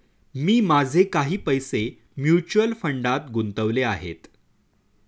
मी माझे काही पैसे म्युच्युअल फंडात गुंतवले आहेत